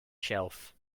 shelf